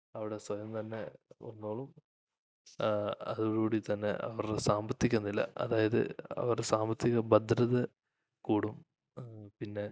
അവിടെ സ്വയം തന്നെ വന്നോളും അതോട് കൂടി തന്നെ അവരുടെ സാമ്പത്തിക നില അതായത് അവരുടെ സാമ്പത്തിക ഭദ്രത കൂടും പിന്നെ